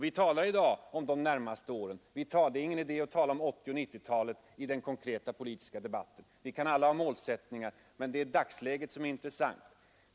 Vi talar i dag om de närmaste åren. Det är ingen idé att tala om 1980 och 1990-talen i den konkreta politiska debatten. Vi kan alla ha målsättningar, men det är dagsläget som är intressant.